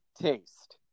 taste